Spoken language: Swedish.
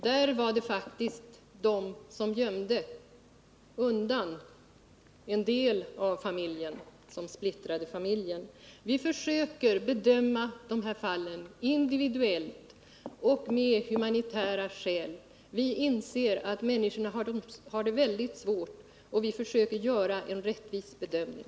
Där var det faktiskt de som gömde undan en del av familjen som splittrade den. Vi försöker bedöma de här fallen individuellt, mot bakgrund av humanitära skäl. Vi inser att människorna har det väldigt svårt, och vi försöker göra en rättvis bedömning.